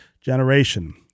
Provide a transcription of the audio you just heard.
generation